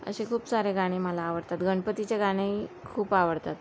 असे खूप सारे गाणे मला आवडतात गणपतीचे गाणेही खूप आवडतात